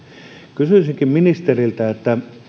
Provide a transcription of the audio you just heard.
kysyisinkin ministeriltä